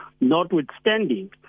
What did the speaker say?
notwithstanding